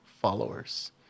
followers